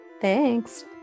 Thanks